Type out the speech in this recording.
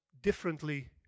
differently